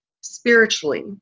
spiritually